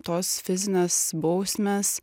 tos fizinės bausmės